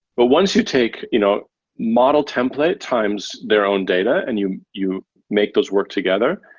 but once you take you know model template times their own data and you you make those work together,